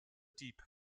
deep